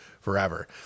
forever